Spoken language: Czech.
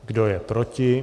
Kdo je proti?